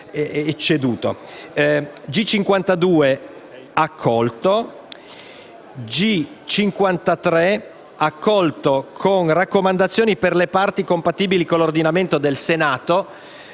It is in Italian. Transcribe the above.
del giorno G53 è accolto come raccomandazione per le parti compatibili con l'ordinamento del Senato.